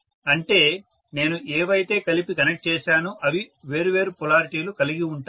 అంటే నేను ఏవైతే కలిపి కనెక్ట్ చేశానో అవి వేరు వేరు పొలారిటీలు కలిగి ఉంటాయి